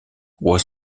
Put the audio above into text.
was